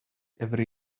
every